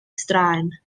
straen